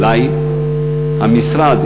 אולי המשרד,